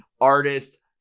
artist